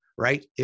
Right